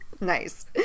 Nice